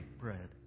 bread